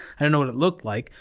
i don't know what it looked like,